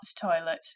toilet